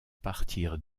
partir